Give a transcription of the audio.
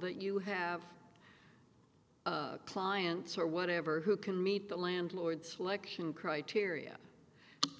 that you have clients or whatever who can meet the landlord selection criteria